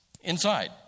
inside